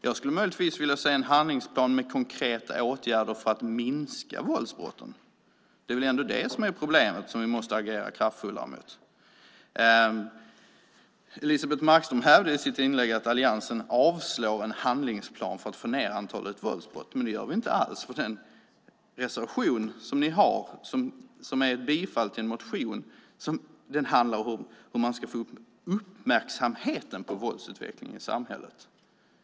Jag skulle möjligtvis vilja se en handlingsplan med konkreta åtgärder för att minska våldsbrotten. Det är väl det som är problemet, som vi måste agera kraftfullare mot. Elisebeht Markström hävdade i sitt inlägg att alliansen avstyrker en handlingsplan för att få ned antalet våldsbrott. Det gör vi inte alls. Den reservation som ni har, där ni föreslår bifall till en motion, handlar om hur man ska öka uppmärksamheten på våldsutvecklingen i samhället.